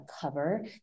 cover